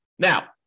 Now